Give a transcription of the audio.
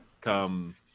come